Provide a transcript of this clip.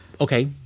Okay